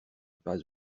pas